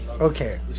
okay